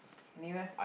anywhere